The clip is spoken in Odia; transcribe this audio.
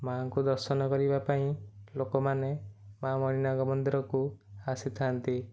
ମା'ଙ୍କୁ ଦର୍ଶନ କରିବା ପାଇଁ ଲୋକମାନେ ମା ମଣିନାଗ ମନ୍ଦିରକୁ ଆସିଥାନ୍ତି